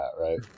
right